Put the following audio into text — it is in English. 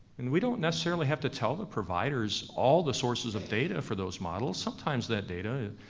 and we don't necessarily have to tell the providers all the sources of data for those models, sometimes that data,